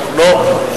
אנחנו לא מחויבים.